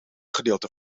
gedeelte